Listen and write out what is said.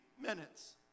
minutes